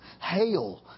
hail